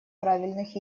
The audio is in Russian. правильных